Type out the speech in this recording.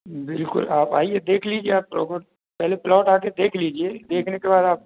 बिल्कुल आप आइए देख लीजिए आप प्रोपर पहले प्लाट आ कर देख लीजिए देखने के बाद आप